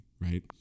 Right